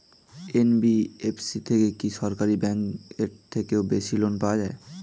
NBFC থেকে কি সরকারি ব্যাংক এর থেকেও বেশি লোন পাওয়া যায়?